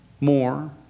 more